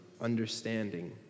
understanding